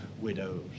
widows